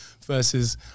versus